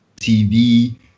TV